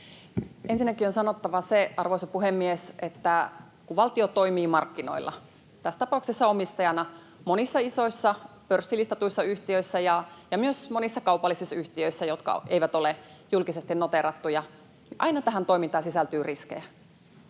Ensinnäkin on sanottava se, että kun valtio toimii markkinoilla — tässä tapauksessa omistajana, monissa isoissa pörssilistatuissa yhtiöissä ja myös monissa kaupallisissa yhtiöissä, jotka eivät ole julkisesti noteerattuja — niin aina tähän toimintaan sisältyy riskejä.